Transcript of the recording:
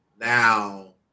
Now